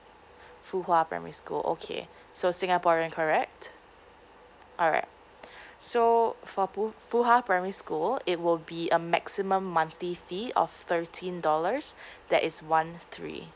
fu hwa primary school okay so singaporean correct alright so for fu hwa primary school it will be a maximum monthly fee of thirteen dollars that is one three